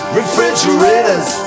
refrigerators